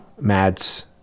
mads